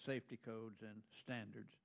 safety codes and standards